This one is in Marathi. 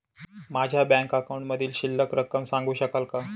माझ्या बँक अकाउंटमधील शिल्लक रक्कम सांगू शकाल का?